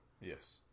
Yes